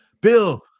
Bill